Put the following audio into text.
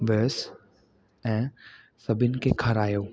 वियुसि ऐं सभिनी खे खारायो